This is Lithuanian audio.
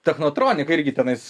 technotronika irgi tenais